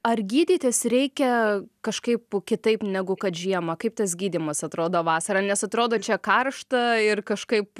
ar gydytis reikia kažkaip kitaip negu kad žiemą kaip tas gydymas atrodo vasarą nes atrodo čia karšta ir kažkaip